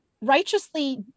righteously